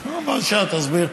בבקשה, תסביר.